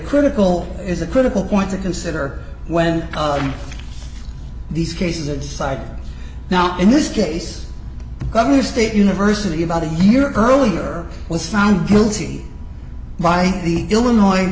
critical is a critical point to consider when these cases and side now in this case governor state university about a year earlier was found guilty by the illinois